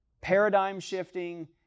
paradigm-shifting